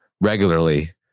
regularly